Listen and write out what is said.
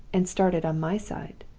and started on my side.